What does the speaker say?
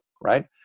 Right